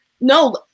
no